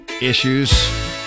issues